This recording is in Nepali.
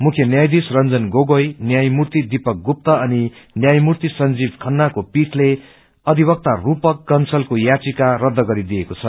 मुख्य न्यायधीश रंजन गोगोई न्यायपूर्ति दीपक गुप्ता अनि न्यायपूर्ति संजीव खन्नाको पीले अधिक्ता रूपक कंसलको याविका रद्ध गरिदिएको छ